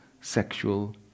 sexual